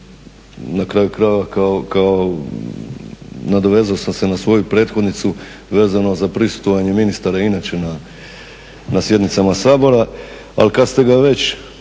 na kraju krajeva kao, nadovezao sam se na svoju prethodnicu vezano za prisustvovanje ministara inače na sjednicama Sabora, ali kad ste ga već